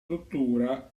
struttura